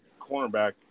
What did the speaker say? cornerback